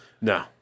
No